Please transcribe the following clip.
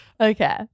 Okay